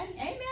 Amen